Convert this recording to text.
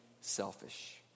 selfish